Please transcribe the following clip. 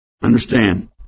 Understand